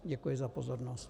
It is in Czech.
Děkuji za pozornost.